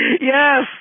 Yes